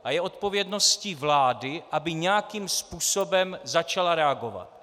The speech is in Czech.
A je odpovědností vlády, aby nějakým způsobem začala reagovat.